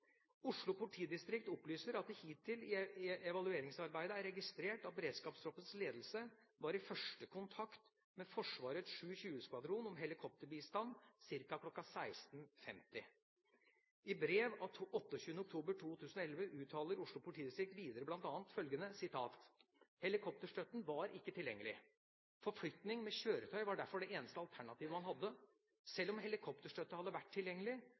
Oslo politidistrikt opplyser at det hittil i evalueringsarbeidet er registrert at beredskapstroppens ledelse var i første kontakt med Forsvarets 720 skvadron om helikopterbistand ca. kl. 16.50. I brev av 28. oktober 2011 uttaler Oslo politidistrikt videre bl.a. følgende: «Helikopterstøtten var ikke tilgjengelig. Forflytning med kjøretøy var derfor det eneste alternativet man hadde. Selv om helikopterstøtte hadde vært tilgjengelig,